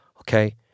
Okay